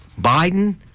Biden